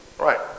Right